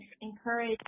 encourage